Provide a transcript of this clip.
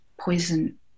poison